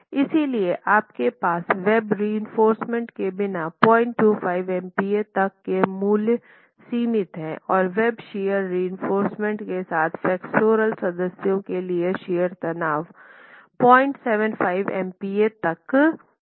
इसलिए आपके पास वेब शियर रिइंफोर्समेन्ट के बिना 025 MPa तक के मूल्य सीमित हैं और वेब शियर रिइंफोर्समेन्ट के साथ फ्लेक्सुरल सदस्यों के लिए शियर तनाव 075 एमपीए तक हैं